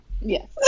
yes